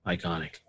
Iconic